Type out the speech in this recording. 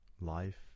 life